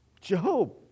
Job